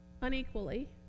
Unequally